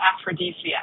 aphrodisiac